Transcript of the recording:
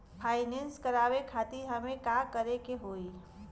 Finance करावे खातिर हमें का करे के होई?